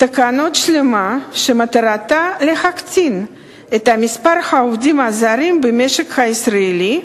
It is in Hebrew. תקנות שלמה שמטרתה להקטין את מספר העובדים הזרים במשק הישראלי,